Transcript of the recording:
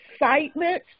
excitement